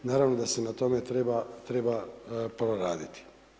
Naravno da se na tome treba poraditi.